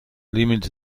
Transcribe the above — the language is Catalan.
límits